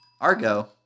Argo